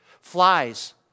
flies